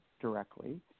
directly